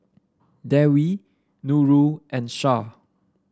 Dewi Nurul and Shah